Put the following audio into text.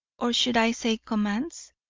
or should i say commands?